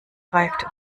greift